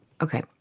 Okay